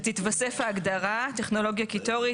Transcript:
ותתווסף ההגדרה טכנולוגיה קיטורית,